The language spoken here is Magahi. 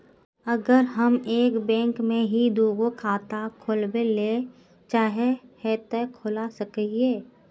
अगर हम एक बैंक में ही दुगो खाता खोलबे ले चाहे है ते खोला सके हिये?